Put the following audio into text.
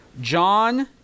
John